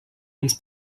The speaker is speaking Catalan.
uns